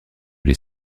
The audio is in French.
les